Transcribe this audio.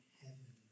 heaven